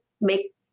make